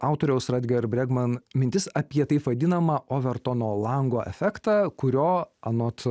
autoriaus rutger bregman mintis apie taip vadinamą overtono lango efektą kurio anot